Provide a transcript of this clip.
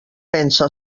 pensa